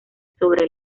sobre